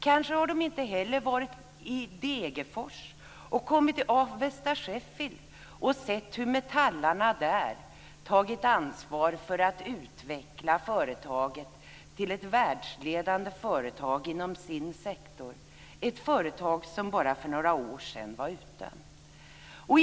Kanske har de inte heller varit i Degerfors och kommit till Avesta Sheffield och sett hur metallarna där tagit ansvar för att utveckla förtaget till ett världsledande företag inom sin sektor - ett företag som bara för några år sedan var utdömt.